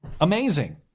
Amazing